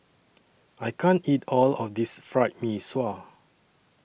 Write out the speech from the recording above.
I can't eat All of This Fried Mee Sua